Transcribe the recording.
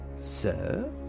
Sir